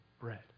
bread